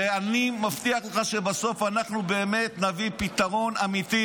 ואני מבטיח לך שבסוף אנחנו באמת נביא פתרון אמיתי.